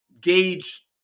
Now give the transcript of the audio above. gauge